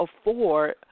afford